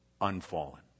unfallen